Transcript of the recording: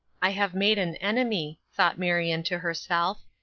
i have made an enemy, thought marion to herself,